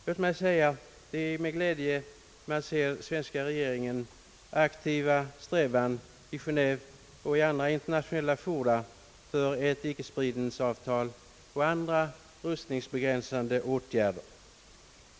Låt mig säga att det är med glädje man ser svenska regeringens aktiva strävan i Genéve och inför andra internationella fora för ett icke-spridningsavtal och andra rustningsbegränsande åtgärder.